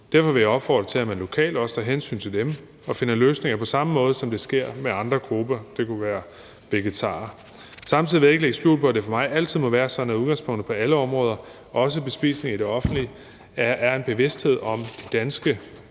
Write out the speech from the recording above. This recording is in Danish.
Derfor vil jeg opfordre til, at man lokalt også tager hensyn til dem og finder løsninger på samme måde, som det sker med andre grupper; det kunne være vegetarer. Samtidig vil jeg ikke lægge skjul på, at det for mig altid må være sådan, at udgangspunktet på alle områder, også bespisning i det offentlige, er, at der er en bevidsthed om danske